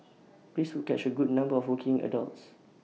this would catch A good number of working adults